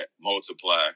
multiply